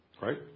Right